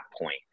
point